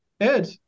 Ed